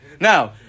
Now